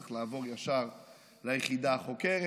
וזה צריך לעבור ישר ליחידה החוקרת.